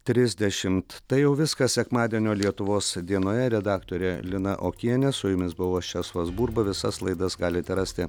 trisdešimt tai jau viskas sekmadienio lietuvos dienoje redaktorė lina okienė su jumis buvau aš česlovas burba visas laidas galite rasti